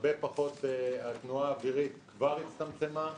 התנועה האווירית כבר הצטמצמה.